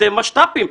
אתם משת"פים,